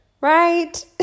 Right